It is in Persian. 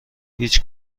هیچ